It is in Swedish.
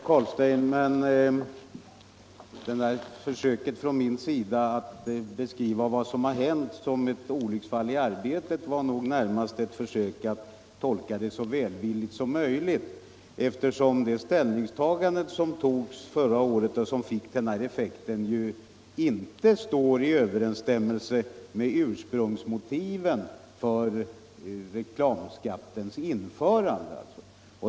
Herr talman! Försöket från min sida, herr Carlstein, att beskriva vad som hänt som ett olycksfall i arbetet var nog närmast ett försök att tolka saken så välvilligt som möjligt. Det ställningstagande som togs förra året och som fick denna effekt står ju inte i överensstämmelse med ursprungsmotiven för reklamskattens införande.